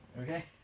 Okay